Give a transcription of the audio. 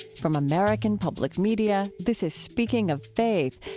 from american public media, this is speaking of faith,